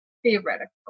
theoretical